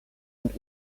und